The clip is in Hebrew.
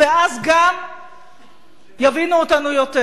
אז גם יבינו אותנו יותר.